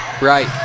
Right